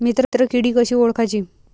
मित्र किडी कशी ओळखाची?